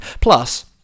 plus